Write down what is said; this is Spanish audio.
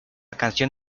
canción